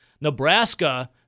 Nebraska